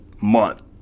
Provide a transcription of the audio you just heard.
month